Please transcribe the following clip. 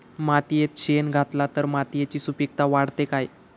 मातयेत शेण घातला तर मातयेची सुपीकता वाढते काय?